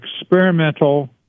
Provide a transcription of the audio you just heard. experimental